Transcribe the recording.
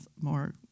more